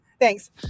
Thanks